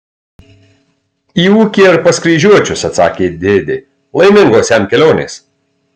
į ūkį ar pas kryžiuočius atsakė dėdė laimingos jam kelionės